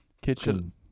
kitchen